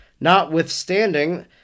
Notwithstanding